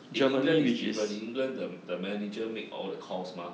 england is different england the the manager make all the calls mah